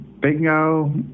bingo